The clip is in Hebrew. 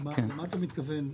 למה אתה מתכוון?